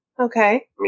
Okay